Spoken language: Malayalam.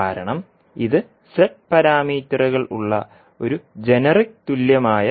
കാരണം ഇത് z പാരാമീറ്ററുകൾ ഉള്ള ഒരു ജനറിക് തുല്യമായ നെറ്റ്വർക്കാണ്